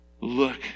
look